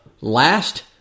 last